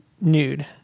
nude